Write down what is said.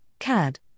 CAD